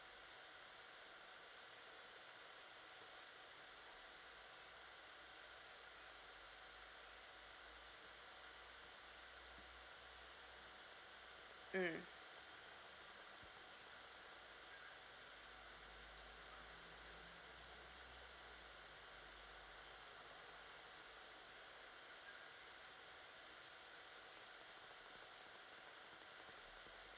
mm